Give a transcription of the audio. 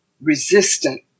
resistant